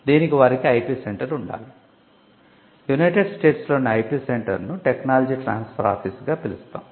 దీనికి వారికి IP centre అని పిలుస్తారు